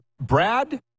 Brad